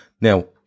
Now